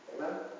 Amen